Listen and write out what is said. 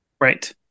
right